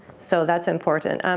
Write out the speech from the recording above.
so that's important.